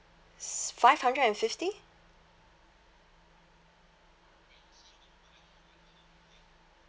s~ five hundred and fifty